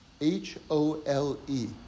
H-O-L-E